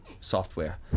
software